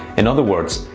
in other words,